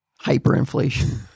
hyperinflation-